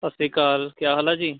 ਸਤਿ ਸ਼੍ਰੀ ਅਕਾਲ ਕਿਆ ਹਾਲ ਆ ਜੀ